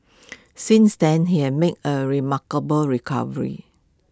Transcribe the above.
since then he had made A remarkable recovery